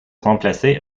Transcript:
remplacé